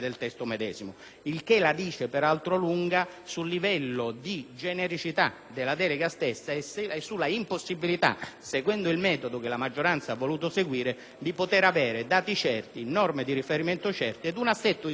la dice lunga sul livello di genericità della delega stessa e sull'impossibilità, seguendo il metodo che la maggioranza ha voluto adottare, di poter disporre di dati e norme di riferimento certe e di un assetto istituzionale